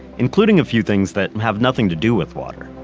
including a few things that have nothing to do with water.